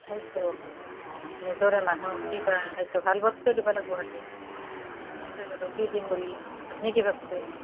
হয়তো অ নিজৰে মানুহ কিবা হয়তো ভাল বস্তু দিব লাগিব হ'লে ঠিক আছে বাৰু কি দিম বুলি ভাবিছে আপনি কি ভাবিছে